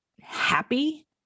happy